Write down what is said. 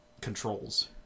controls